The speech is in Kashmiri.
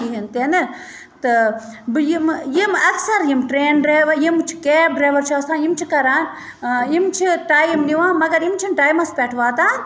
کِہیٖنۍ تہِ نہٕ تہٕ بہٕ یِمہٕ یِم اَکثَر یِم ٹرٛین ڈرٛایوَر یِم چھِ کیب ڈرٛایوَر چھِ آسان یِم چھِ کَران یِم چھِ ٹایِم نِوان مگر یِم چھِنہٕ ٹایمَس پٮ۪ٹھ واتان